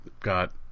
Got